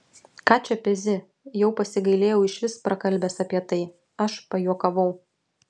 ką čia pezi jau pasigailėjau išvis prakalbęs apie tai aš pajuokavau